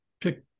pick